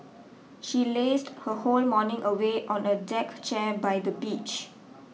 she lazed her whole morning away on a deck chair by the beach